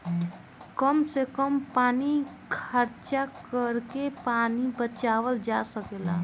कम से कम पानी खर्चा करके पानी बचावल जा सकेला